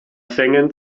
schengen